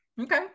okay